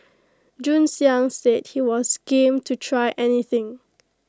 Jun Xiang said he was game to try anything